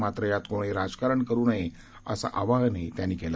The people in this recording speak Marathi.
मात्र यात कोणीही राजकारण करू नये असं आवाहन त्यांनी केलं